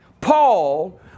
Paul